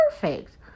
perfect